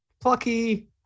Plucky